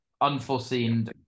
unforeseen